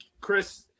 Chris